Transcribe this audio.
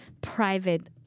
private